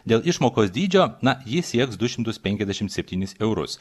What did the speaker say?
dėl išmokos dydžio na ji sieks du šimtus penkiasdešimt septynis eurus